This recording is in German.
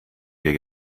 wir